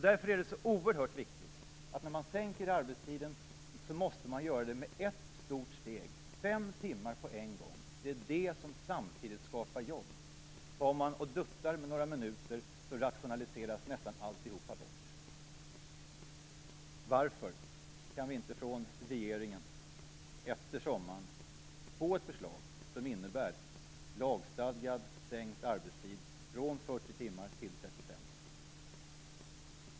Därför är det så oerhört viktigt att man sänker arbetstiden i ett stort steg - med fem timmar på en gång. Det är det som skapar jobb. Duttar man med minuter rationaliseras nästan alltihopa bort. Varför kan vi inte från regeringen efter sommaren få ett förslag som innebär lagstadgad sänkt arbetstid från 40 timmar till 35?